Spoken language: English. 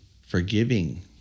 forgiving